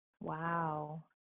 Wow